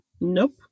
nope